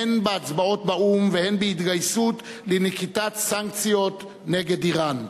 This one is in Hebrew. הן בהצבעות באו"ם והן בהתגייסות לנקיטת סנקציות נגד אירן.